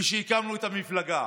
כשהקמנו את המפלגה,